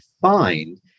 find